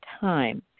time